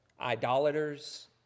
idolaters